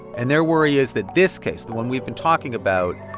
and their worry is that this case, the one we've been talking about,